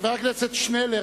חבר הכנסת שנלר,